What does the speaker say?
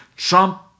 Trump